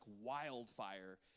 wildfire